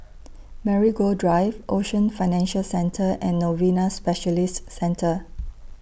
Marigold Drive Ocean Financial Centre and Novena Specialist Centre